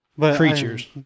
creatures